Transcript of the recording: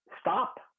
stop